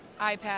iPad